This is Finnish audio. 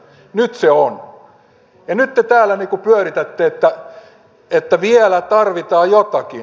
ja nyt te täällä niin kuin pyöritätte että vielä tarvitaan jotakin